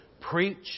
Preach